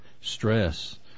stress